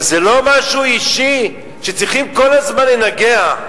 אבל זה לא משהו אישי שצריכים כל הזמן לנגח.